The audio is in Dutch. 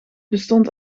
bestond